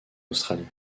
australie